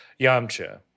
Yamcha